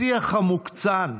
השיח המוקצן,